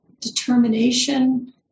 determination